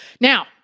Now